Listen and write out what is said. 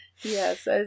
Yes